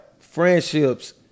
friendships